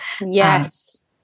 Yes